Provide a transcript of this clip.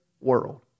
world